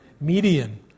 median